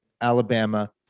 Alabama